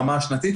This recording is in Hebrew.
ברמה שנתית,